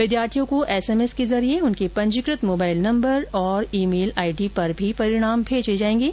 विद्यार्थियों को एसएमएस के जरिये उनके पंजीकृत मोबाइल नंबर और ई मेल आईडी पर भी परिणाम भेजे जाएंगे